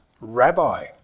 Rabbi